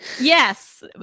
Yes